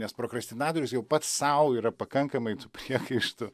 nes prokrastinatorius jau pats sau yra pakankamai tų priekaištų